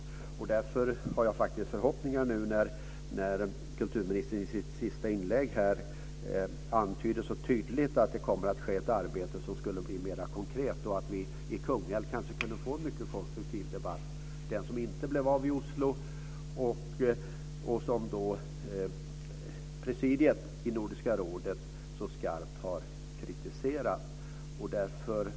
Jag har därför faktiskt när kulturministern i sitt sista inlägg så klart antyder att det kommer att utföras ett mera konkret arbete förhoppningar om att vi kanske i Kungälv kunde få en sådan mycket konstruktiv debatt som inte kom till stånd i Oslo, något som Nordiska rådets presidium så skarpt har kritiserat.